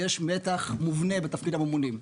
יש מתח מובנה בתפקיד הממונים.